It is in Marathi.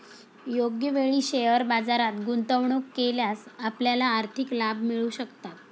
योग्य वेळी शेअर बाजारात गुंतवणूक केल्यास आपल्याला आर्थिक लाभ मिळू शकतात